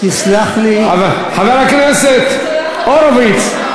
חבר הכנסת ניצן הורוביץ,